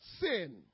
sin